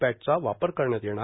पॅटचा वापर करण्यात येणार